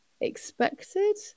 expected